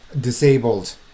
disabled